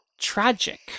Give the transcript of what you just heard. Tragic